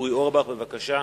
אורי אורבך, בבקשה.